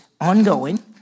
ongoing